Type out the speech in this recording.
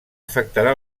afectarà